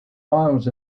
miles